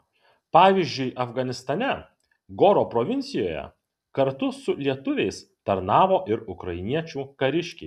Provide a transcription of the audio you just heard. pavyzdžiui afganistane goro provincijoje kartu su lietuviais tarnavo ir ukrainiečių kariškiai